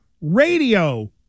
radio